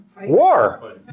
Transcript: War